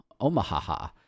Omaha